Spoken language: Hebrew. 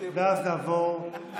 ואז נעבור להצבעה.